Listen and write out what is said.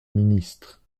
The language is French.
ministre